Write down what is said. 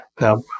Now